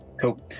Cool